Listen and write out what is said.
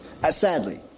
Sadly